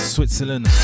Switzerland